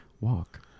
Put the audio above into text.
walk